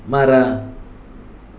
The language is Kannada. ಮರ